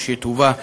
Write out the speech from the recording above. כשתובא,